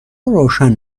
روشن